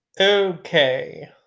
Okay